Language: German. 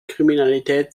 kriminalität